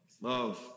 love